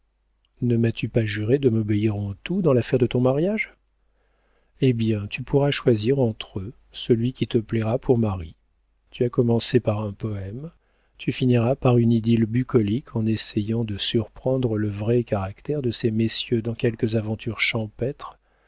ne m'as-tu pas juré de m'obéir en tout dans l'affaire de ton mariage eh bien tu pourras choisir entre eux celui qui te plaira pour mari tu as commencé par un poëme tu finiras par une idylle bucolique en essayant de surprendre le vrai caractère de ces messieurs dans quelques aventures champêtres